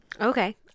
Okay